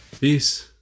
peace